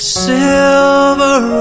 silver